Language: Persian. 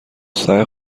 سعی